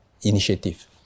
initiative